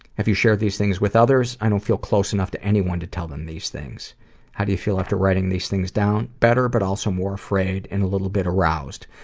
have you shared these things with others? i don't feel close enough to anyone to tell them these things how do you feel after writing these things down? better. but also more afraid, and a little bit aroused,